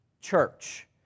church